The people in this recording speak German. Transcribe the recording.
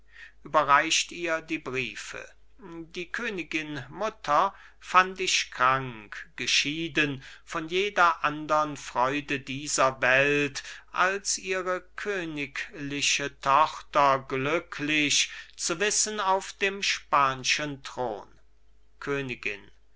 überreicht ihr die briefe die königin-mutter fand ich krank geschieden von jeder andern freude dieser welt als ihre königliche tochter glücklich zu wissen auf dem span'schen thron königin